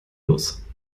los